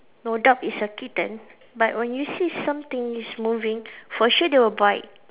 no doubt it's a kitten but when you see something is moving for sure they will bite